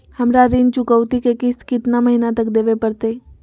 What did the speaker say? हमरा ऋण चुकौती के किस्त कितना महीना तक देवे पड़तई?